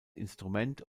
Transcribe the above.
instrument